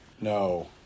No